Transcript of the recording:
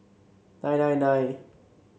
nine nine nine